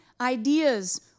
ideas